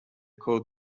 called